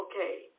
okay